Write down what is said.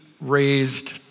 raised